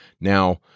Now